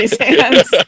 hands